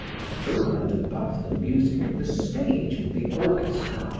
and over and above the music of the stage and the orchestra,